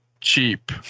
cheap